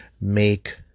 make